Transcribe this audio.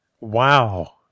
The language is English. Wow